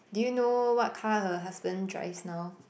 do you know what car her husband drives now